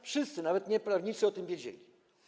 Wszyscy, nawet nieprawnicy, o tym wiedzieli.